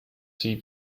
sie